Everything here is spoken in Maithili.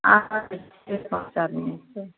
अहाँकेँ पाँच आदमी छै